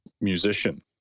musician